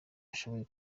ashobora